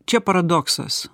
čia paradoksas